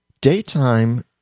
Daytime